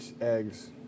eggs